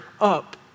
up